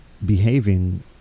behaving